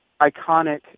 iconic